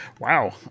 Wow